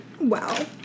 Wow